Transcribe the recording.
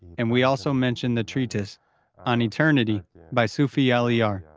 and we also mentioned the treatise on eternity by sufi allahyar.